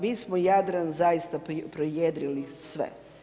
Mi smo Jadran zaista projedrili sve.